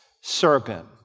serpent